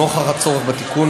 נוכח הצורך בתיקון,